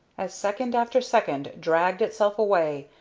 as second after second dragged itself away,